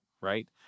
right